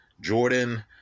Jordan